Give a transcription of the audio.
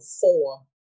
four